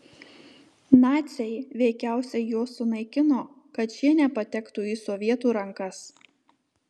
naciai veikiausiai juos sunaikino kad šie nepatektų į sovietų rankas